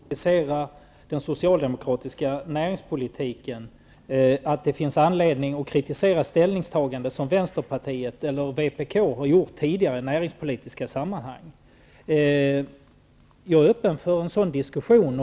Herr talman! Jag kan hålla med Per-Richard Molén om att det finns anledning att kritisera den socialdemokratiska näringspolitiken och att det finns anledning att kritisera ställningstaganden som vänsterpartiet eller vpk har gjort tidigare i näringspolitiska sammanhang. Jag är öppen för en sådan diskussion.